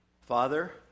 Father